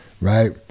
right